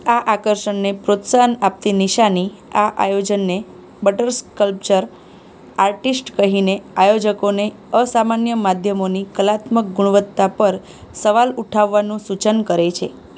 આ આકર્ષણને પ્રોત્સાહન આપતી નિશાની આ આયોજનને બટર સ્કલ્પચર આર્ટિસ્ટ્સ કહીને આયોજકોને અસામાન્ય માધ્યમોની કલાત્મક ગુણવત્તા પર સવાલ ઉઠાવવાનું સૂચન કરે છે